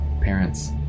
parents